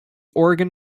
oregon